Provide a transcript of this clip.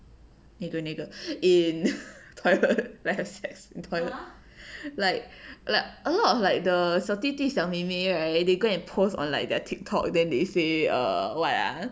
那个那个 in toilet to have sack in toilet like like a lot of like the 小弟弟小妹妹 right they go and post on like TikTok then they say what ah